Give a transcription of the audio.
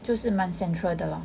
就是蛮 central 的 lah